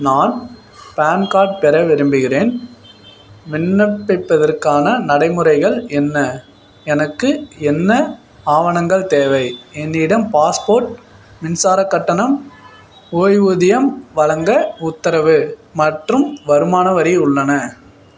நான் PAN card பெற விரும்புகிறேன் விண்ணப்பிப்பதற்கான நடைமுறைகள் என்ன எனக்கு என்ன ஆவணங்கள் தேவை என்னிடம் பாஸ்போர்ட் மின்சாரக் கட்டணம் ஓய்வூதியம் வழங்க உத்தரவு மற்றும் வருமான வரி உள்ளன